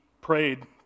prayed